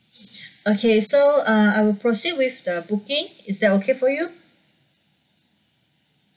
okay so uh I will proceed with the booking is that okay for you